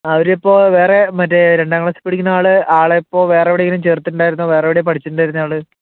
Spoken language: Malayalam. അവർ ഇപ്പൊൾ വേറെ മറ്റേ രണ്ടാം ക്ലാസ്സിൽപ്പഠിക്കുന്ന ആളെ ആളെ ഇപ്പോൾ വേറെ എവിടെയെങ്കിലും ചേർത്തിട്ടുണ്ടായിരുന്നോ വേറെ എവിടെയാണ് പഠിച്ചിട്ടുണ്ടായിരുന്നത് ആൾ